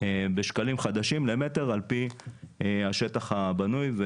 בשקלים חדשים למטר על פי השטח הבנוי.